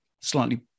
slightly